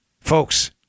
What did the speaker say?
Folks